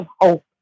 hope